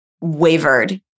wavered